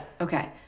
Okay